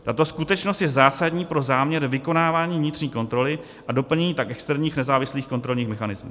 Tato skutečnost je zásadní pro záměr vykonávání vnitřní kontroly a doplnění tak externích nezávislých kontrolních mechanismů.